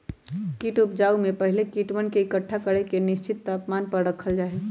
कीट उपजाऊ में पहले कीटवन के एकट्ठा करके निश्चित तापमान पर रखल जा हई